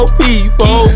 people